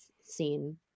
scene